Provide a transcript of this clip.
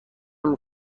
نمی